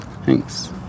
Thanks